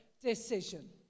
decision